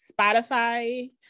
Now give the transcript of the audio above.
Spotify